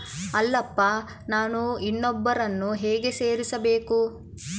ಅಲ್ಲಪ್ಪ ನಾನು ಇನ್ನೂ ಒಬ್ಬರನ್ನ ಹೇಗೆ ಸೇರಿಸಬೇಕು?